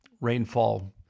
rainfall